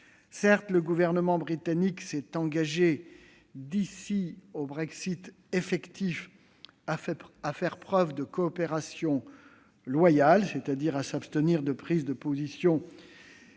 Certes, le Gouvernement britannique s'est engagé, d'ici au Brexit effectif, à faire preuve de coopération loyale, c'est-à-dire à s'abstenir de prises de position qui